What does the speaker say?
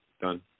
Done